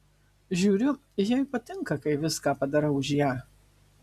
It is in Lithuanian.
žiūriu jai patinka kai viską padarau už ją